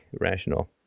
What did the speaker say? rational